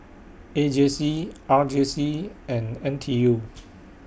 A J C R J C and N T U